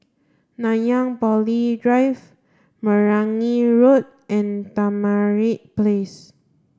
Nanyang Poly Drive Meragi Road and Tamarind Place